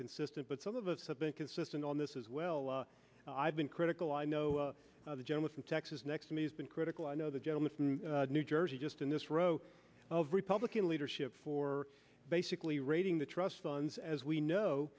consistent but some of us have been consistent on this as well i've been critical i know the gentleman from texas next to me has been critical i know the gentleman from new jersey just in this row of republican leadership for basically raiding the trust funds as we know